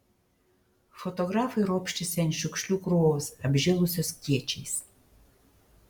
fotografai ropštėsi ant šiukšlių krūvos apžėlusios kiečiais